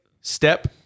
step